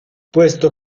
puesto